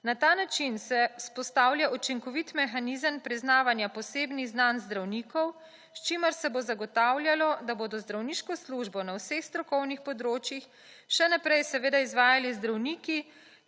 Na ta način se vzpostavlja učinkovit mehanizem priznavanja posebnih znanj zdravnikov, s čimer se bo zagotavljajo, da bodo zdravniško službo na vseh strokovnih področjih še naprej seveda izvajali zdravniki,